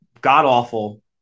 god-awful